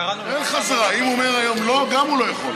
גם אם הוא אומר לא, גם הוא לא יכול.